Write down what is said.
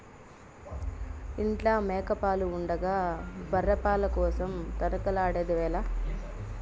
ఇంట్ల మేక పాలు ఉండగా బర్రె పాల కోసరం తనకలాడెదవేల